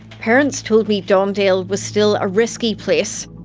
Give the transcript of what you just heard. parents told me don dale was still a risky place.